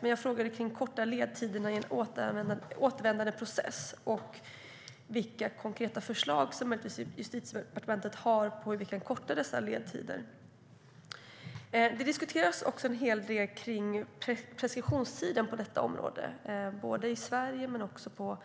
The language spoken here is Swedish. Jag frågade om korta ledtider i en återvändandeprocess och vilka konkreta förslag som Justitiedepartementet har för att korta ned dessa ledtider. Det diskuteras också en hel del om preskriptionstider på detta område, både i Sverige och